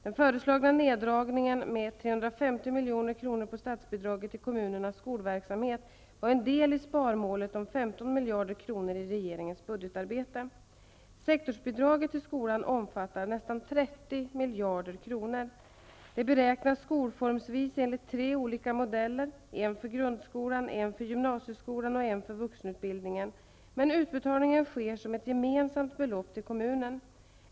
Den föreslagna neddragningen med 350 milj.kr. på statsbidraget till kommunernas skolverksamhet var en del i sparmålet om 15 miljarder kronor i regeringens budgetarbete. Sektorsbidraget till skolan omfattar nästan 30 miljarder kronor. Det beräknas skolformsvis enligt tre olika modeller -- en för grundskolan, en för gymnasieskolan och en för vuxenutbildningen --, men utbetalningen sker som ett gemensamt belopp till kommunen.